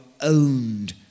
owned